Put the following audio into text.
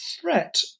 threat